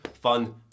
fun